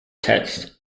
text